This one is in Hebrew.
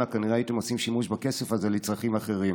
כנראה הייתם עושים שימוש בכסף הזה לצרכים אחרים.